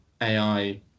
AI